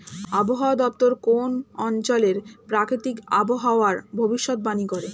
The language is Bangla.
আবহাওয়া দপ্তর কোন অঞ্চলের প্রাকৃতিক আবহাওয়ার ভবিষ্যতবাণী করে